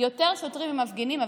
יותר שוטרים ממפגינים.